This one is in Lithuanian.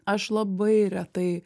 aš labai retai